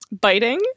biting